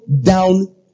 down